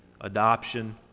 adoption